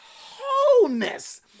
wholeness